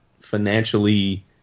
financially